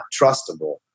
trustable